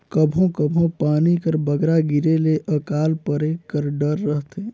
कभों कभों पानी कर बगरा गिरे ले अकाल परे कर डर रहथे